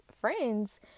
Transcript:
friends